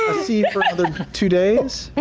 ah sea for another two days?